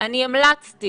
אני המלצתי